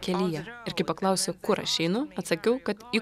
kelyje ir paklausė kur aš einu atsakiau kad į